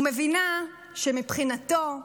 ומבינה שמבחינתו,